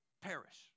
perish